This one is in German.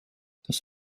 das